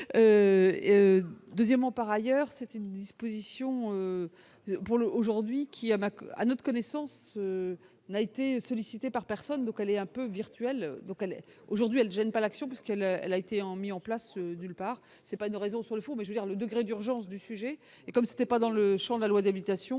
Deuxièmement, par ailleurs, c'est une disposition pour le aujourd'hui qui a bac à notre connaissance, n'a été sollicité par personne connaît est un peu virtuelle donc elle est aujourd'hui elles gênent pas l'action parce qu'elle, elle a été en mis en place nulle part, c'est pas une raison sur le fond, mais je veux dire le degré d'urgence du sujet et comme ce n'est pas dans le Champ de la loi d'habitation